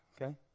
Okay